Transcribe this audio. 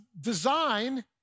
design